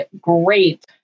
great